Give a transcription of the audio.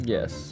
，Yes，